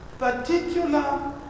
particular